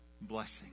blessing